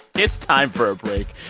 it's time for a break.